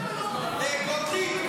כל הנאומים היו אותו דבר.